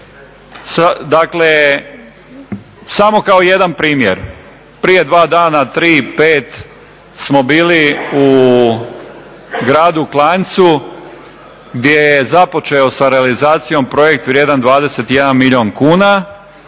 Dakle, samo kao jedan primjer, prije dva dana, tri, pet smo bili u Gradu Klanjcu gdje je započeo sa realizacijom projekt vrijedan 21 milijuna kuna,